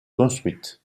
construite